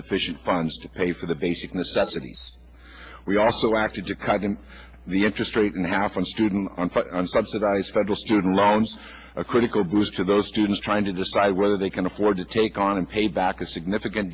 sufficient funds to pay for the basic necessities we also acted to cut in the interest rate in half on student unsubsidized federal student loans a critical goes to those students trying to decide whether they can afford to take on and pay back a significant